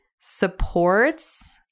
supports